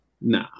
Nah